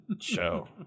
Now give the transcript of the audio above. show